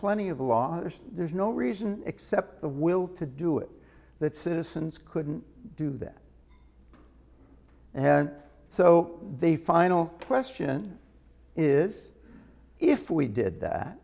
plenty of lawyers there's no reason except the will to do it that citizens couldn't do that and so the final question is if we did that